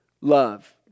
love